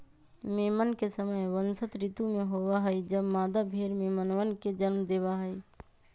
मेमन के समय वसंत ऋतु में होबा हई जब मादा भेड़ मेमनवन के जन्म देवा हई